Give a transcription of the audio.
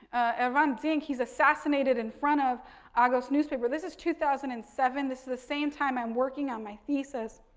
ah hrant dink, he's assassinated in front of argos newspaper. this is two thousand and seven this is the same time i'm working on my thesis.